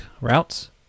routes